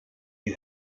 you